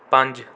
ਪੰਜ